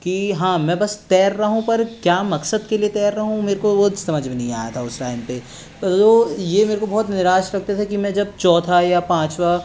की हाँ मैं बस तैर रहा हूँ पर क्या मकसद के लिए तैर रहा हूँ मेरे को वो समझ में नहीं आ रहा था उस टाइम पे वो ये मेरे को बहुत निराश करता था कि मैं जब चौथा या पाँचवा